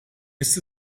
ist